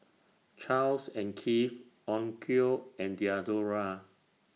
Charles and Keith Onkyo and Diadora